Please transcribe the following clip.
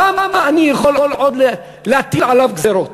כמה אני יכול עוד להטיל עליו גזירות.